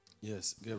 Yes